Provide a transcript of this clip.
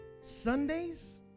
Sundays